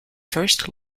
first